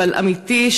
אבל אמיתי,